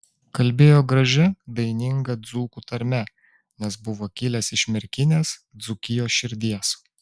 kalbėjo gražia daininga dzūkų tarme nes buvo kilęs iš merkinės dzūkijos širdies